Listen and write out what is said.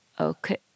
Okay